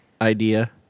idea